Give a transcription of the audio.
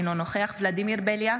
אינו נוכח ולדימיר בליאק,